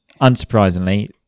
Unsurprisingly